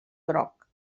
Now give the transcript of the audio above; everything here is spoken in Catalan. groc